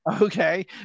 Okay